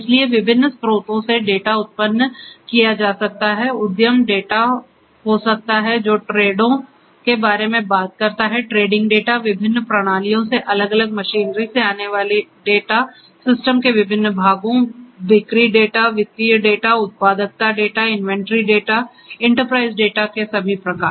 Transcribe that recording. इसलिए विभिन्न स्रोतों से डेटा उत्पन्न किया जा सकता है उद्यम डेटा हो सकता है जो ट्रेडों के बारे में बात करता है ट्रेडिंग डेटा विभिन्न प्रणालियों से अलग अलग मशीनरी से आने वाले डेटा सिस्टम के विभिन्न भागों बिक्री डेटा वित्तीय डेटा उत्पादकता data inventory data enterprise data के सभी प्रकार